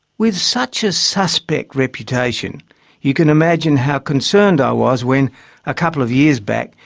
with such a suspect reputation you can imagine how concerned i was when a couple of years back,